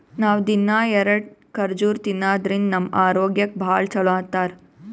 ನಾವ್ ದಿನ್ನಾ ಎರಡ ಖರ್ಜುರ್ ತಿನ್ನಾದ್ರಿನ್ದ ನಮ್ ಆರೋಗ್ಯಕ್ ಭಾಳ್ ಛಲೋ ಅಂತಾರ್